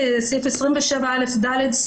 אני רוצה להתייחס לסעיף 27א(ד) בחוק,